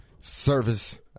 Service